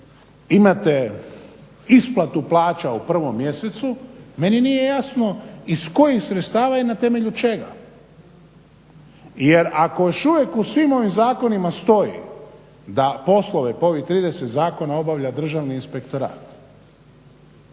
Imate isplatu plaća u prvom mjesecu. Meni nije jasno iz kojih sredstava i na temelju čega. Jer ako još uvijek u svim ovim zakonima stoji da poslove po ovih 30 zakona obavlja Državni inspektorat,